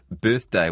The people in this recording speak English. birthday